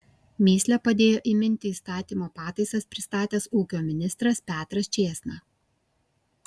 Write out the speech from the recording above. mįslę padėjo įminti įstatymo pataisas pristatęs ūkio ministras petras čėsna